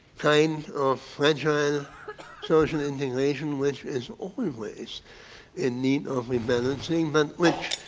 kind of fragile social integration which is always in need of rebalancing, but which